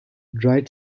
dried